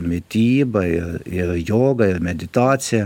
mityba ir ir joga ir meditacija